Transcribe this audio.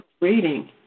reading